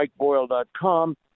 mikeboyle.com